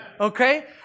Okay